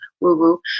woo-woo